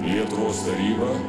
lietuvos taryba